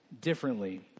differently